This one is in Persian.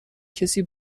کسی